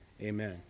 amen